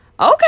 okay